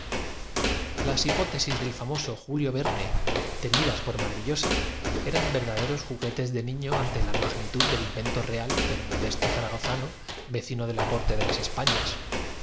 las hipótesis del famoso julio verne tenidas por que le echan encima cuando tan desfigurado vemos maravillosas eran verdaderos juguetes de niño ante media hora después el hecho de que hemos sido tes la magnitud del invento real del modesto zaragozano tigos treinta minutos antes podemos confiar ciega vecino de la corte de las españas